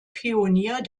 pionier